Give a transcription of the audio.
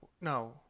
No